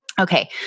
Okay